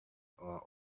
are